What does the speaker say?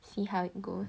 see how it goes